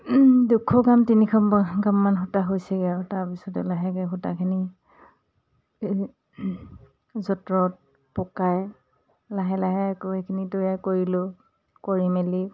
দুশ গ্ৰাম তিনিশ গ্ৰামমান সূতা হৈছেগে আৰু তাৰপিছতে লাহেকে সূতাখিনি যঁতৰত পকাই লাহে লাহে আকৌ এইখিনি তৈয়াৰ কৰিলোঁ কৰি মেলি